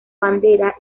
bandera